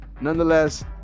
nonetheless